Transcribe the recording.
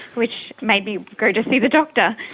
which made me go to see the doctor.